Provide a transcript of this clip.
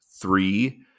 Three